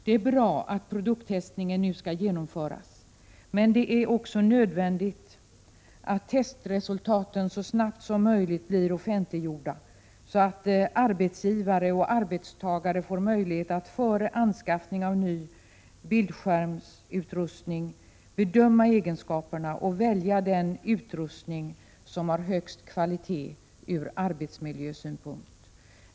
Det är bra att produkttestningen nu skall genomföras, men det är också nödvändigt att testresultaten så snart som möjligt blir offentliggjorda, så att arbetsgivare och arbetstagare får möjlighet att före anskaffning av ny bildskärmsutrustning bedöma egenskaperna och välja den utrustning som har den högsta kvaliteten ur arbetsmiljösynpunkt.